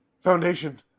Foundation